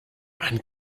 man